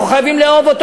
אנחנו חייבים לאהוב אותו,